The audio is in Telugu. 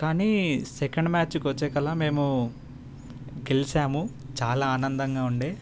కానీ సెకండ్ మ్యాచ్కి వచ్చేకళ్ళ మేము గెలిసాము చాలా ఆనందంగా ఉండే